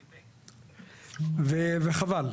וחבל.